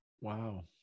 Wow